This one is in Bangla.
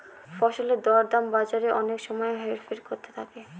ফসলের দর দাম বাজারে অনেক সময় হেরফের করতে থাকে